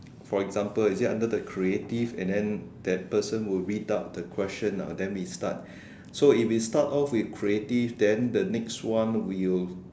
for example is it under the creative and then that person will read out the question then we start so if we start off with creative then the next one we'll